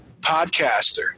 podcaster